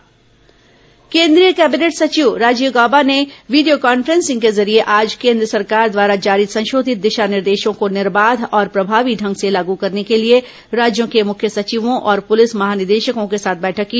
corona cabinet सचिव बैठक केन्द्रीय कैबिनेट सचिव राजीव गौबा ने वीडियो कॉन्फ्रेंसिंग के जरिये आज केन्द्र सरकार द्वारा जारी संशोधित दिशा निर्देशों को निर्बाध और प्रभावी ढंग से लागू करने के लिए राज्यों के मुख्य सचिवों और पुलिस महानिदेशकों के साथ बैठक की